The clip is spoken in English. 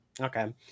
okay